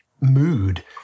mood